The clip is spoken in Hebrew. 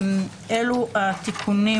אלה התיקונים